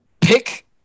Pick